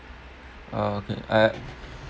uh okay I